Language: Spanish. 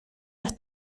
las